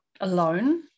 alone